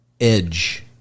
edge